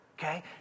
Okay